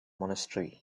monastery